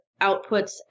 outputs